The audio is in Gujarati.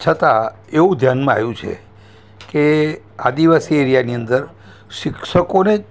છતાં એવું ધ્યાનમાં આવ્યું છે કે આદિવાસી એરિયાની અંદર શિક્ષકોને